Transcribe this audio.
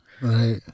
Right